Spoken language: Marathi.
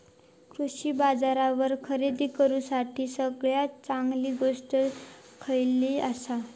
कृषी बाजारावर खरेदी करूसाठी सगळ्यात चांगली गोष्ट खैयली आसा?